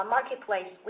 Marketplace